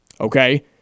okay